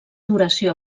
duració